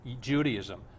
Judaism